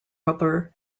rubber